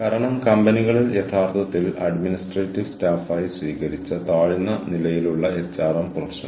അതിനാൽ നമ്മൾ കഴിവുകൾ വികസിപ്പിക്കേണ്ടതുണ്ട് അത് ബന്ധം കെട്ടിപ്പടുക്കുന്നതിന് സഹായിക്കുന്നു പ്രത്യേകിച്ചും ടീം അടിസ്ഥാനമാക്കിയുള്ള ഫലപ്രാപ്തി